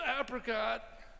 Apricot